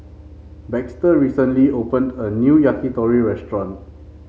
Baxter recently opened a new Yakitori Restaurant